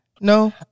No